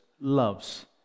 loves